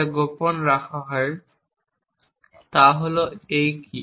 যা গোপন রাখা হয় তা হল এই কী